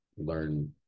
learn